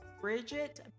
Bridget